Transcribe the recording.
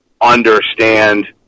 understand